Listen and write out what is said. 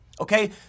Okay